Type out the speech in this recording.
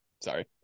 Sorry